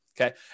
okay